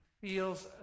feels